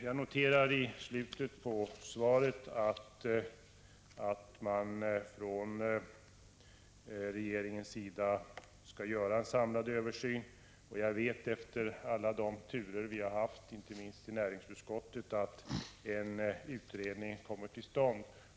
Jag noterar i slutet av svaret att man från regeringens sida skall göra en samlad översyn, och jag vet efter alla de turer vi har haft inte minst i näringsutskottet att en utredning kommer till stånd.